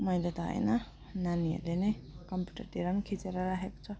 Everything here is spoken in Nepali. मैले त होइन नानीहरूले नै कम्प्युटरतिर पनि खिचेर राखेको छ